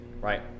Right